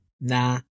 Nah